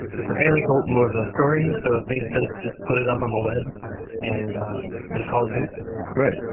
it's an anecdote more than a story. so it made sense, just put it up on the web and ah and call it good right,